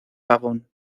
pavón